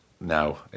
no